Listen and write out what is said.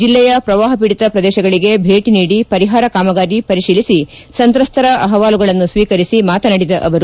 ಜಲ್ಲೆಯ ಪ್ರವಾಹ ಪೀಡಿತ ಪ್ರದೇಶಗಳಿಗೆ ಭೇಟಿ ನೀಡಿ ಪರಿಹಾರ ಕಾಮಗಾರಿ ಪರಿಶೀಲಿಸಿ ಸಂತ್ರಸ್ತರ ಅಹವಾಲುಗಳನ್ನು ಸ್ತೀಕರಿಸಿ ಮಾತನಾಡಿದ ಅವರು